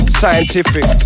scientific